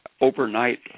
overnight